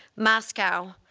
moscow,